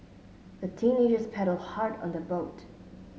the teenagers paddled hard on their boat